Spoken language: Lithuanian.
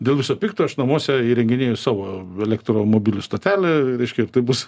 dėl viso pikto aš namuose ir ginėjų savo elektromobilių stotelę e reiškia tai bus